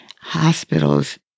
hospitals